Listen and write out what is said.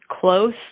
close